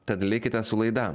tad likite su laida